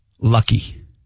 Lucky